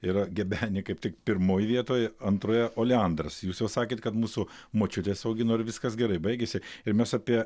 yra gebenė kaip tik pirmoj vietoj antroje oleandras jūs jau sakėt kad mūsų močiutės augino ir viskas gerai baigėsi ir mes apie